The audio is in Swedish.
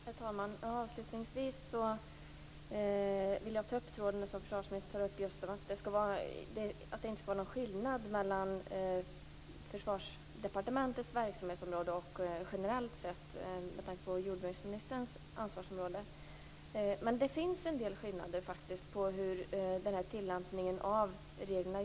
Herr talman! Avslutningsvis vill jag beröra den tråd som försvarsministern tar upp, att det inte skall vara någon skillnad mellan Försvarsdepartementets verksamhetsområde och hur det är generellt med tanke på jordbruksministerns ansvarsområde. Men det finns faktiskt en del skillnader när det gäller tillämpningen av reglerna.